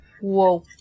Whoa